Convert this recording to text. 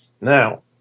Now